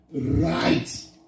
Right